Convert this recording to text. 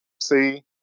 See